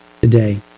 today